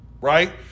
Right